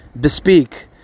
bespeak